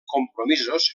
compromisos